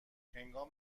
هنگام